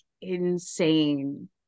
insane